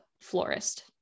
florist